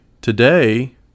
today